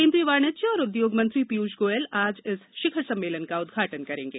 केंद्रीय वाणिज्य और उद्योग मंत्री पीयूष गोयल आज इस शिखर सम्मेलन का उद्घाटन करेंगे